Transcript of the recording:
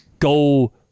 Go